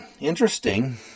interesting